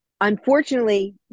unfortunately